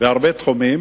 בהרבה תחומים,